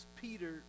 Peter